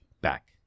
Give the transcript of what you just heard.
back